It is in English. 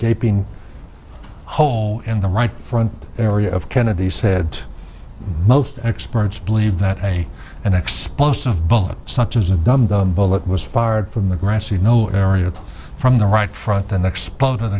gaping hole in the right front area of kennedy's head most experts believe that a an explosive bullet such as a dum dum bullet was fired from the grassy knoll area from the right